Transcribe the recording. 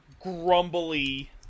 grumbly